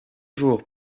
jours